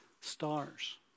stars